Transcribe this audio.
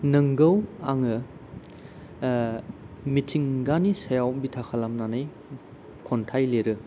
नोंगौ आङो मिथिंगानि सायाव बिथा खालामनानै खन्थाइ लिरो